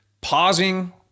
pausing